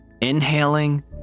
Inhaling